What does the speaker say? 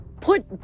put